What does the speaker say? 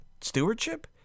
stewardship